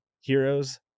heroes